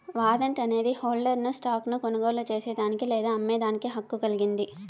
warrant అనేది హోల్డర్ను stock ను కొనుగోలు చేసేదానికి లేదా అమ్మేదానికి హక్కు కలిగింది